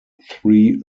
three